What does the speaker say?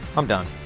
i'm done.